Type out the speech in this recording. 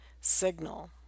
signal